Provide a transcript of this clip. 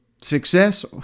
success